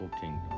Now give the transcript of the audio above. kingdom